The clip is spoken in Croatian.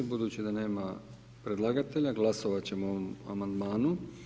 Budući da nema predlagatelja glasovati ćemo o ovom amandmanu.